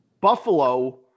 buffalo